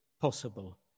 possible